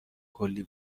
کلی